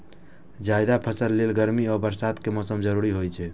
जायद फसल लेल गर्मी आ बरसात के मौसम जरूरी होइ छै